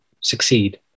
succeed